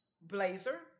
blazer